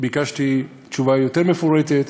ביקשתי תשובה יותר מפורטת.